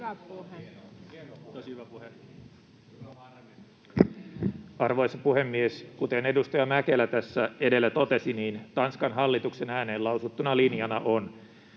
Arvoisa puhemies! Kuten edustaja Mäkelä tässä edellä totesi, Tanskan hallituksen ääneen lausuttuna linjana ja